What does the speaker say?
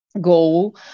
goal